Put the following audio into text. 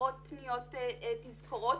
בעשרות תזכורות,